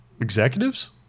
executives